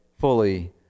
fully